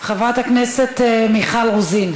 חברת הכנסת מיכל רוזין.